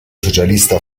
socialista